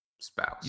spouse